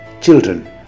Children